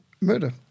murder